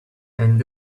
and